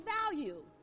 value